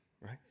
right